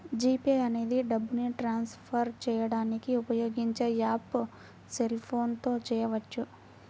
G pay అనేది డబ్బుని transfer చేయడానికి ఉపయోగించే యాప్పు సెల్ ఫోన్ తో చేయవచ్చు